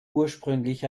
ursprünglich